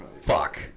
Fuck